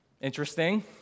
Interesting